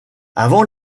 avant